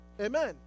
Amen